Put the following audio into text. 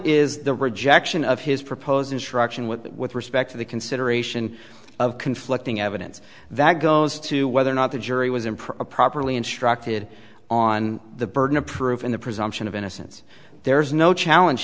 is the rejection of his proposed instruction with respect to the consideration of conflicting evidence that goes to whether or not the jury was improper properly instructed on the burden of proof in the presumption of innocence there is no challenge